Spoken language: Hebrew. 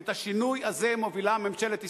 ואת השינוי הזה מובילה ממשלת ישראל.